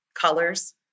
colors